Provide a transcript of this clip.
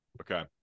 Okay